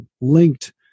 linked